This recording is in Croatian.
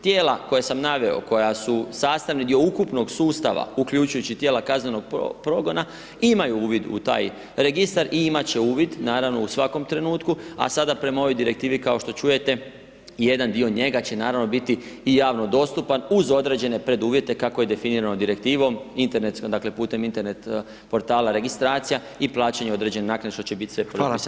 Tijela koja sam naveo, koja su sastavni dio ukupnog sustava, uključujući i tijela kaznenog progona, imaju uvid u taj registar i imati će uvid, naravno, u svakom trenutku, a sada prema ovoj Direktivi, kao što čujete, jedan dio njega će, naravno, biti i javno dostupan uz određene preduvjete, kako je definirano Direktivom, internetskom, dakle, putem Internet portala registracija i plaćanja određenih naknada, što će biti sve [[Upadica: Hvala]] propisano Pravilnikom.